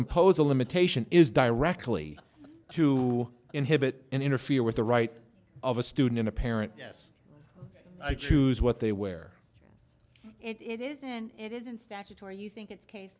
impose a limitation is directly to inhibit and interfere with the right of a student a parent yes i choose what they wear it isn't it isn't statutory you think it's case